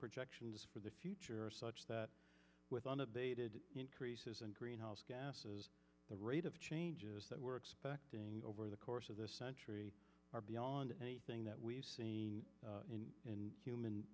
projections for the future are such that with unabated increases in greenhouse gases the rate of changes that we're expecting over the course of this century are beyond anything that we've seen in human